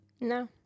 No